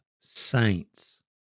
saints